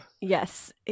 Yes